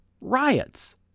riots